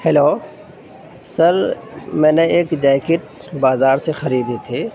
hello sir میں نے ایک جیکٹ بازار سے خریدی تھی